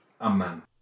Amen